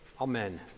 Amen